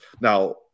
now